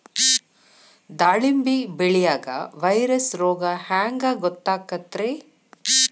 ದಾಳಿಂಬಿ ಬೆಳಿಯಾಗ ವೈರಸ್ ರೋಗ ಹ್ಯಾಂಗ ಗೊತ್ತಾಕ್ಕತ್ರೇ?